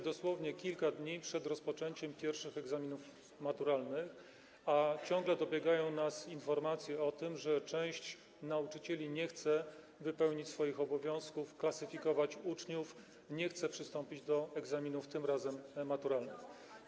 Dosłownie kilka dni dzieli nas od rozpoczęcia pierwszych egzaminów maturalnych, a ciągle dobiegają do nas informacje o tym, że część nauczycieli nie chce wypełnić swoich obowiązków, klasyfikować uczniów, nie chce przystąpić do przeprowadzania egzaminów, tym razem maturalnych.